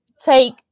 take